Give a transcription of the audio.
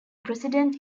president